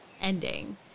ending